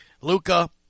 Luca